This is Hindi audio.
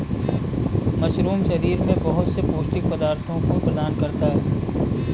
मशरूम शरीर में बहुत से पौष्टिक पदार्थों को प्रदान करता है